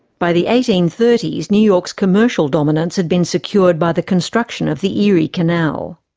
by the eighteen thirty s, new york's commercial dominance had been secured by the construction of the erie canal.